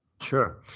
Sure